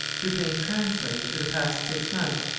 lupin translated, for the past six months,